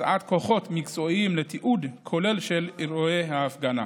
הקצאת כוחות מקצועיים לתיעוד כולל של אירוע ההפגנה,